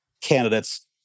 candidates